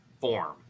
form